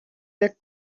wird